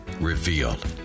revealed